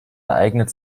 ereignet